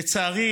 לצערי,